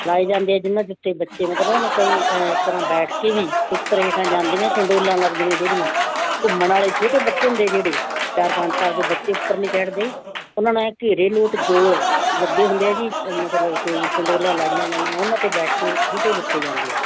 ਲਾਏ ਜਾਂਦੇ ਹੈ ਜਿਨ੍ਹਾਂ ਦੇ ਉੱਤੇ ਬੱਚੇ ਕਈ ਤਰ੍ਹਾਂ ਬੈਠ ਕੇ ਜੀ ਉੱਪਰ ਹੇਠਾਂ ਜਾਂਦੀਆਂ ਚੰਡੋਲਾਂ ਲੱਗਦੀਆਂ ਜਿਹੜੀਆਂ ਘੁੰਮਣ ਵਾਲੇ ਛੋਟੇ ਬੱਚੇ ਹੁੰਦੇ ਜਿਹੜੇ ਚਾਰ ਪੰਜ ਸਾਲ ਦੇ ਬੱਚੇ ਉੱਪਰ ਨਹੀਂ ਚੜ੍ਹਦੇ ਉਨ੍ਹਾਂ ਨੂੰ ਐਂ ਘੇਰੇ ਲੋਟ ਗੋਲ ਲੱਗੇ ਹੁੰਦੇ ਹੈ ਜੀ ਮਤਲਬ ਕਿ ਚੰਡੋਲਾਂ ਲਾਈਆਂ ਜਾਂਦੀਆਂ ਉਨ੍ਹਾਂ 'ਤੇ ਬੈਠ ਕੇ ਝੂਟੇ ਦਿੱਤੇ ਜਾਂਦੇ ਹੈ